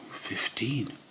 fifteen